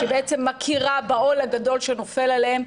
שבעצם מכירה בעול הגדול שנופל עליהם.